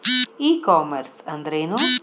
E commerce ಅಂದ್ರೇನು?